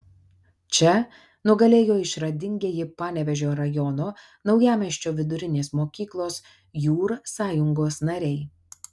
čia nugalėjo išradingieji panevėžio rajono naujamiesčio vidurinės mokyklos jūr sąjungos nariai